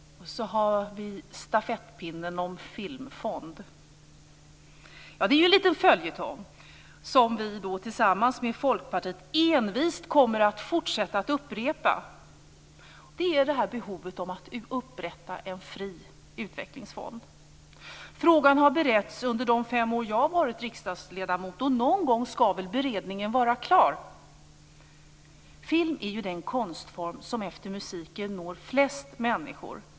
En stafettpinne gäller frågan om en filmfond. Det här en liten följetong, och detta kommer vi tillsammans med Folkpartiet att envist fortsätta att upprepa. Det gäller behovet av att upprätta en fri utvecklingsfond. Under de fem år som jag varit riksdagsledamot har frågan beretts men någon gång ska väl beredningen vara klar. Film är den konstform som näst efter musiken når flest människor.